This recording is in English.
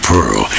Pearl